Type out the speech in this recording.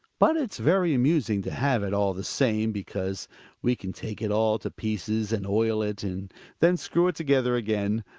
but it's very amusing to have it, all the same, because we can take it all to pieces, and oil it, and then screw it together again.